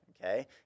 okay